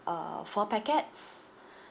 uh four packets